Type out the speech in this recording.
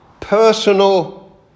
personal